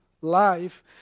life